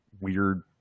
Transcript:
weird